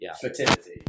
fertility